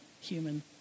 human